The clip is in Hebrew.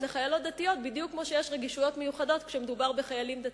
לחיילות דתיות בדיוק כמו שיש רגישויות מיוחדות כשמדובר בחיילים דתיים,